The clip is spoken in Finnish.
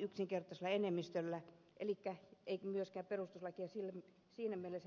yksinkertaisella enemmistöllä elikkä ei myöskään perustuslakia siinä mielessä rikottu